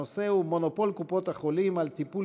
הנושא הוא: מונופול קופות-החולים על טיפול